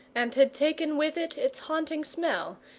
and had taken with it its haunting smell,